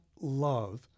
love